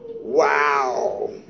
Wow